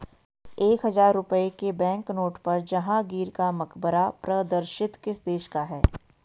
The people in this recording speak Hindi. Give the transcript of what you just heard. एक हजार रुपये के बैंकनोट पर जहांगीर का मकबरा प्रदर्शित किस देश का है?